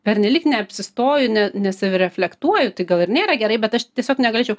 pernelyg neapsistoju ne nesireflektuoju tai gal ir nėra gerai bet aš tiesiog negalėčiau